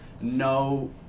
no